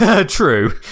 True